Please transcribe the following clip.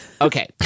Okay